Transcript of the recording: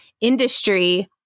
industry